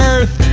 Earth